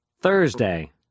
Thursday